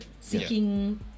seeking